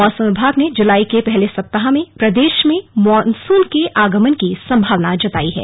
मौसम विभाग ने जुलाई के पहले सप्ताह में प्रदेश में मॉनसून के आगमन की संभावना जताई है